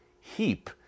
heap